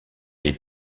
des